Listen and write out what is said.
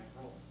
role